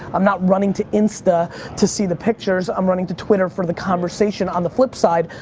i'm not running to insta to see the pictures. i'm running to twitter for the conversation. on the flip side,